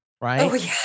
Right